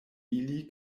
ili